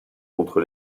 contre